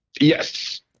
Yes